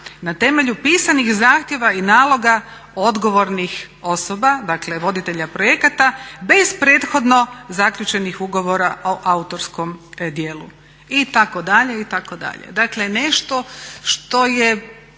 na temelju pisanih zahtjeva i naloga odgovornih osoba, dakle voditelja projekata, bez prethodno zaključenih ugovora o autorskom djelu itd., itd. Dakle, nešto što je